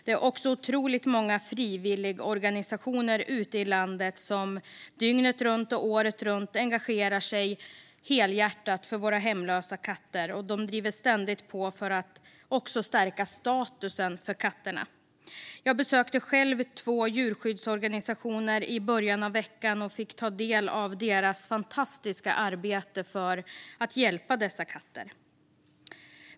Det är också otroligt många frivilligorganisationer ute i landet som dygnet runt och året runt engagerar sig helhjärtat för våra hemlösa katter, och de driver ständigt på för att stärka statusen för katterna. Jag besökte själv två djurskyddsorganisationer i början av veckan och fick ta del av deras fantastiska arbete för att hjälpa dessa katter.